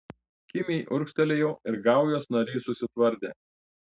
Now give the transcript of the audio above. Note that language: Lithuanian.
kimiai urgztelėjau ir gaujos nariai susitvardė